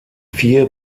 vier